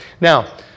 Now